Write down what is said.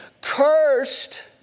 cursed